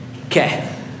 Okay